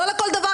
לא לכל דבר,